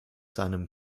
seinem